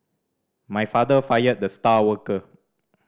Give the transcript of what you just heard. my father fired the star worker